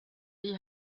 die